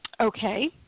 Okay